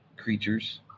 creatures